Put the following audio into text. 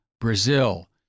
brazil